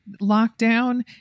lockdown